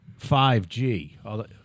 5G